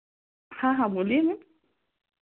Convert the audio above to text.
हाँ हाँ बोलिए मैम